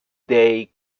day